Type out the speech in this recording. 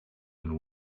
and